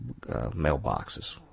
mailboxes